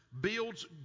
builds